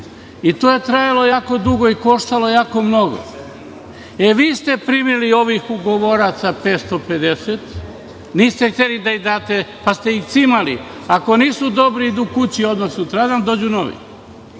I to je trajalo jako dugo i koštalo jako mnogo. Vi ste primili ovih ugovoraca 550, niste hteli da ih date, pa ste ihcimali, ako nisu dobri idu odmah kući, sutradan dođu novi.